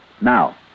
Now